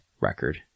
record